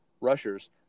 rushers